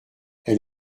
elle